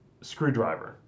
Screwdriver